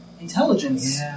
intelligence